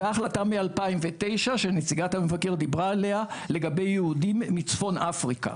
וההחלטה מ-2009 שנציגת המבקר דיברה עליה לגבי יהודים מצפון אפריקה.